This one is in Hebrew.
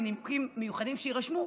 מנימוקים מיוחדים שיירשמו,